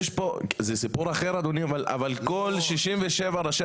זה סיפור אחר אדוני אבל כל 67 ראשי